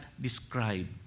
describe